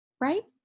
right